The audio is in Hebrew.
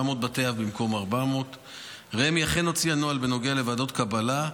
בתי אב במקום 400. רמ"י אכן הוציאה נוהל בנוגע לוועדות קבלה,